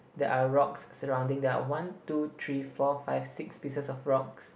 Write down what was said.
there are rocks surrounding there one two three four five six pieces of rocks